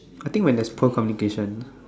I think when there's poor communication